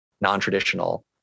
non-traditional